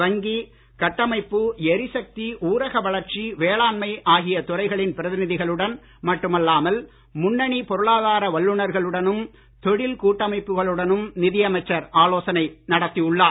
வங்கி கட்டமைப்பு எரிசக்தி ஊரக வளர்ச்சிவேளாண்மை ஆகிய துறைகளின் பிரதிநிதிகளுடன் மட்டுமல்லாமல் முன்னணி பொருளாதார வல்லுனர்களுடனும் தொழில் கூட்டமைப்புகளுடனும் நிதியமைச்சர் ஆலோசனை நடத்தி உள்ளார்